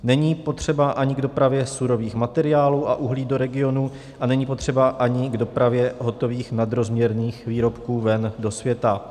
Není potřeba ani k dopravě surových materiálů a uhlí do regionu a není potřeba ani k dopravě hotových nadrozměrných výrobků ven do světa.